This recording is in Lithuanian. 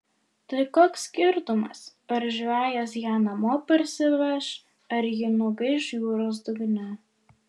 tai koks skirtumas ar žvejas ją namo parsiveš ar ji nugaiš jūros dugne